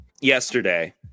yesterday